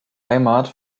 heimat